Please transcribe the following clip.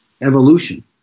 evolution